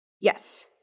yes